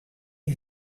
you